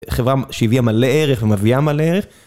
חברה שהביאה מלא ערך ומביאה מלא ערך.